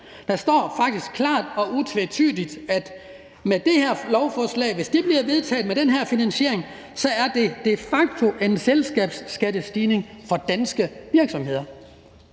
Der siger de faktisk klart og utvetydigt, at hvis det her lovforslag bliver vedtaget med den her finansiering, er det de facto en selskabsskattestigning for danske virksomheder.